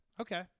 Okay